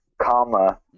comma